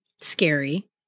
Scary